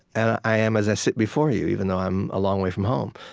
and i am, as i sit before you, even though i'm a long way from home.